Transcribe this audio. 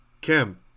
Kim